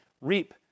reap